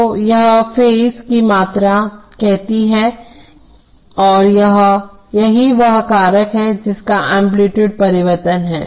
तो यह फेज की मात्रा कहती है और यही वह कारक हैजिसका एम्पलीटूड परिवर्तन है